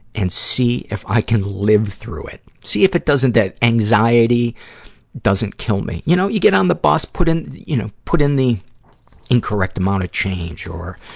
and see if i can live through it. see if it doesn't, that anxiety doesn't kill me. you know, you get on the bus, put in, you know, put in the incorrect amount of change or,